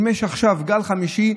אם יש עכשיו גל חמישי,